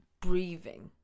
breathing